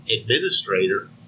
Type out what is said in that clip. administrator